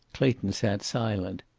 clayton sat silent.